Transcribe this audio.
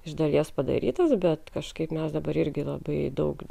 iš dalies padarytas bet kažkaip mes dabar irgi labai daug